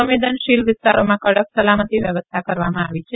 સંવેદનશીલ વિસ્તારોમાં કડક સલામતી વ્યવસ્થા કરવામાં આવી છે